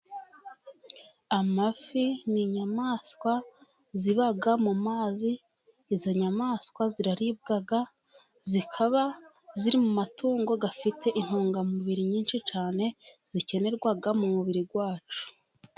Amafi ni inyamaswa ziba mu mazi, izo nyamaswa ziraribwa, zikaba ziri mu matungo afite intungamubiri nyinshi cyane, zikenerwa mu mubiri wacu.